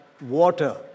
water